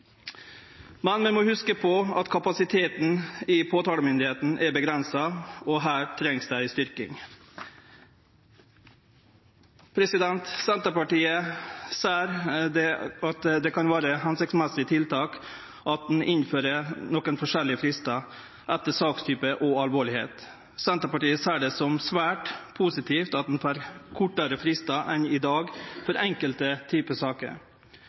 Men vi må hugse på at kapasiteten i påtalemyndigheita er avgrensa, og her trengst det ei styrking. Senterpartiet ser at det kan vere eit hensiktsmessig tiltak å innføre nokre forskjellige fristar, etter sakstype og alvorlegheitsgrad. Senterpartiet ser det som svært positivt at ein får kortare fristar enn i dag for enkelte typar saker.